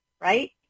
right